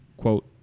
quote